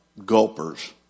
gulpers